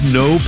no